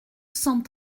cent